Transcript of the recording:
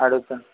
అడుగుతున్నాను